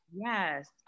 Yes